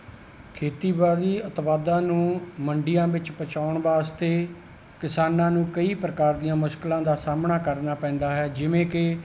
ਖੇਤੀਬਾੜੀ ਉਤਪਾਦਾਂ ਨੂੰ ਮੰਡੀਆਂ ਵਿੱਚ ਪਹੁੰਚਾਉਣ ਵਾਸਤੇ ਕਿਸਾਨਾਂ ਨੂੰ ਕਈ ਪ੍ਰਕਾਰ ਦੀਆਂ ਮੁਸ਼ਕਲਾਂ ਦਾ ਸਾਹਮਣਾ ਕਰਨਾ ਪੈਂਦਾ ਹੈ ਜਿਵੇਂ ਕਿ